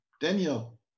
Daniel